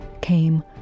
came